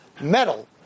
metal